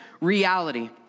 reality